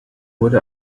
wurde